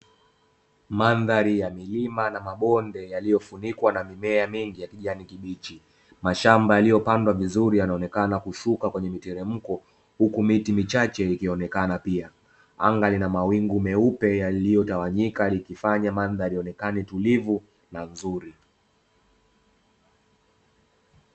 Mandhari ya milima na mabonde yaliyofunikwa na mimea mingi ya kijani kibichi. Mashamba yaliyopandwa vizuri yanaonekana kushuka kwenye mtelemko. Huku miti michache ikionekana pia. Anga lina mawingu meupe yaliyotawanyika, likifanya mandhari ionekane tulivu na nzuri.